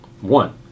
One